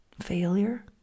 failure